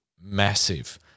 massive